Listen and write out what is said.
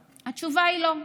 התשובה היא לא.